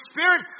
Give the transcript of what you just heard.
Spirit